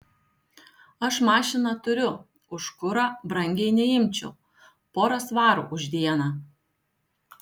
aš mašiną turiu už kurą brangiai neimčiau porą svarų už dieną